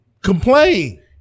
complain